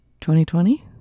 2020